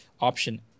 option